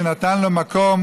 שנתן לו מקום